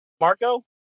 Marco